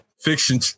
Fiction